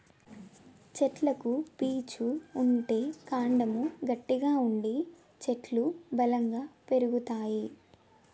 చెట్లకు పీచు ఉంటే కాండము గట్టిగా ఉండి చెట్లు బలంగా పెరుగుతాయి